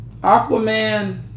Aquaman